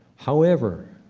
however,